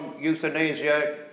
euthanasia